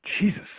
Jesus